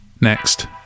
next